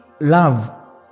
love